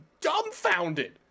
dumbfounded